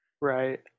Right